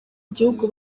gihugu